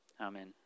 amen